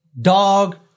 dog